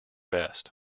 best